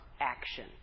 action